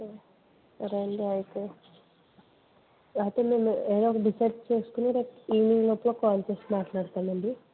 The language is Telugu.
సరే అండి అయితే రాత్రి మేము ఏదో ఒకటి డిసైడ్ చేసుకుని రేపు ఈవినింగ్ లోపల కాల్ చేసి మాట్లాడుతాం అండి